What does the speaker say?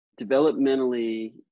Developmentally